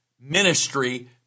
ministry